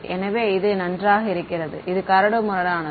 எனவே இது நன்றாக இருக்கிறது இது கரடுமுரடானது